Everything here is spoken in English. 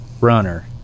runner